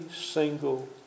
single